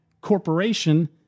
corporation